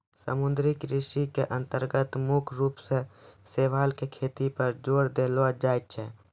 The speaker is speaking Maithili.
समुद्री कृषि के अन्तर्गत मुख्य रूप सॅ शैवाल के खेती पर जोर देलो जाय छै